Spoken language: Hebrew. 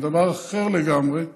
זה דבר אחר לגמרי,